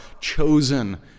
chosen